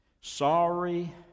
Sorry